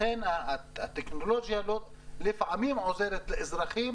לכן הטכנולוגיה לפעמים עוזרת לאזרחים